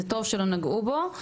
זה טוב שלא נגעו בו.